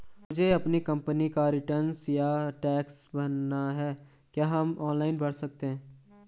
मुझे अपनी कंपनी का रिटर्न या टैक्स भरना है क्या हम ऑनलाइन भर सकते हैं?